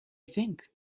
think